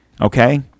Okay